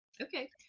Okay